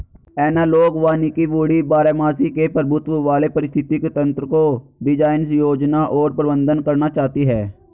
analogue वानिकी वुडी बारहमासी के प्रभुत्व वाले पारिस्थितिक तंत्रको डिजाइन, योजना और प्रबंधन करना चाहती है